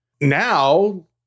Now